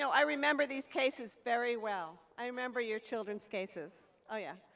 so i remember these cases very well. i remember your children's cases. oh yeah.